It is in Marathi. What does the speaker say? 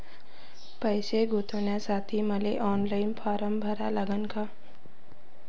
पैसे गुंतवासाठी मले ऑनलाईन फारम भरा लागन का?